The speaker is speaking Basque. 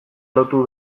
lotu